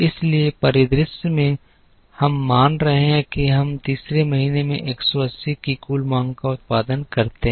इस परिदृश्य में हम मान रहे हैं कि हम तीसरे महीने में 180 की कुल मांग का उत्पादन करते हैं